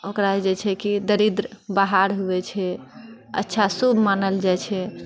ओकरा जे छै कि दरिद्र बाहर होइ छै अच्छा शुभ मानल जाइ छै